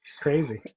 crazy